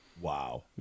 Wow